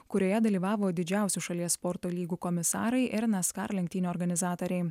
kurioje dalyvavo didžiausių šalies sporto lygų komisarai ir nascar lenktynių organizatoriai